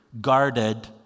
guarded